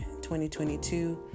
2022